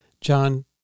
John